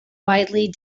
widely